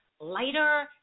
lighter